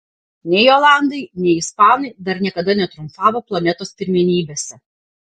nei olandai nei ispanai dar niekada netriumfavo planetos pirmenybėse